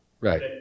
Right